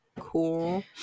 Cool